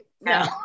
No